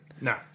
No